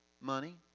money